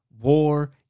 War